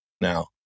now